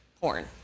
porn